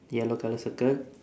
yellow colour circle